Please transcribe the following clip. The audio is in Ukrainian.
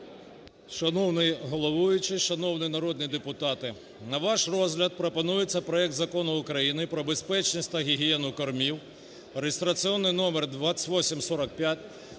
Шановний головуючий! Шановні народні депутати! На ваш розгляд пропонується проект Закону України про безпечність та гігієну кормів (реєстраційний номер 2845),